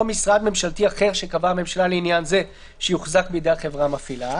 משרד ממשלתי אחר שקבעה הממשלה לעניין זה שיוחזק בידי החברה המפעילה".